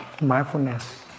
mindfulness